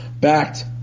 backed